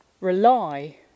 rely